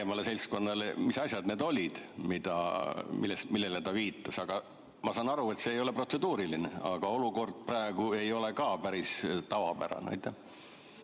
laiemale seltskonnale, mis asjad need olid, millele ta viitas. Ma saan aru, et see ei ole protseduuriline, aga olukord praegu ei ole ka päris tavapärane.